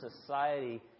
society